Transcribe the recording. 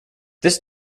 this